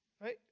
right